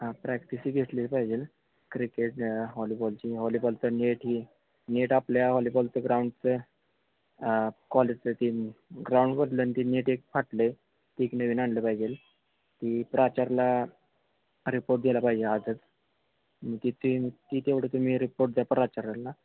हां प्रॅक्टिसही घेतली पाहिजेल क्रिकेट हॉलीबॉलची हॉलीबॉलचं नेट ही नेट आपल्या हॉलीबॉलचं ग्राउंडचं कॉलेजचं ती ग्राउंड बदलेल आणि नेट एक फाटलं आहे ती एक नवीन आणलं पाहिजेल ती प्राचार्यला रिपोर्ट द्यायला पाहिजे आजच तिथे ती तेवढं तुम्ही रिपोर्ट द्या प्राचार्यला